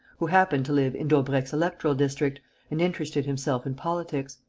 who happened to live in daubrecq's electoral district and interested himself in politics.